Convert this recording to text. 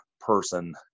person